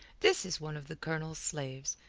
this is one of the colonel's slaves,